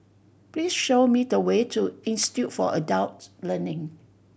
please show me the way to Institute for Adult Learning